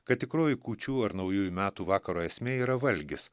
kad tikroji kūčių ar naujųjų metų vakaro esmė yra valgis